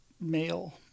male